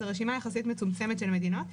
מדובר ברשימה מצומצמת של מדינות.